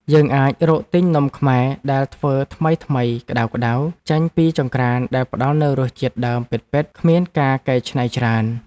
យើងអាចរកទិញនំខ្មែរដែលធ្វើថ្មីៗក្ដៅៗចេញពីចង្ក្រានដែលផ្ដល់នូវរសជាតិដើមពិតៗគ្មានការកែច្នៃច្រើន។